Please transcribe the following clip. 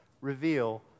Reveal